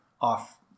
off